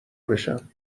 بشم